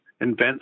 invent